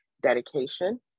dedication